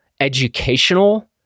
educational